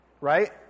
right